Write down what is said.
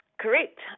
Correct